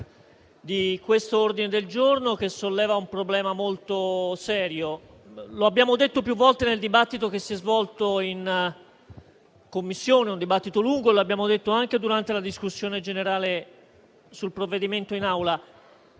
sull'ordine del giorno che solleva un problema molto serio, come abbiamo detto più volte nel dibattito che si è svolto in Commissione, che è stato molto lungo, e anche durante la discussione generale sul provvedimento in Aula.